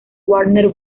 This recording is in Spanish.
warner